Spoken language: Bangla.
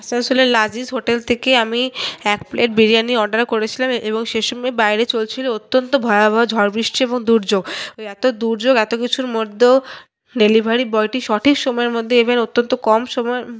আসানসোলের লাজিজ হোটেল থেকে আমি এক প্লেট বিরিয়ানি অর্ডার করেছিলাম এবং সে সময় বাইরে চলছিল অত্যন্ত ভয়াবহ ঝড়বৃষ্টি এবং দুর্যোগ এই এত দুর্যোগ এতো কিছুর মধ্যেও ডেলিভারি বয়টি সঠিক সময়ের মধ্যে এবং অতন্ত্য কম সময়ে